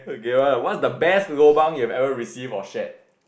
okay what's the best lobang you have ever received or shared